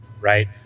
right